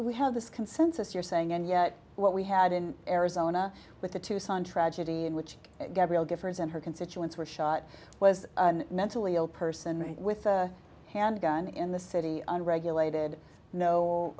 we have this consensus you're saying and yet what we had in arizona with the tucson tragedy in which gabrielle giffords and her constituents were shot was mentally ill person with a handgun in the city unregulated no